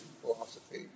philosophy